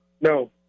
No